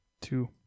Two